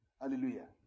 Hallelujah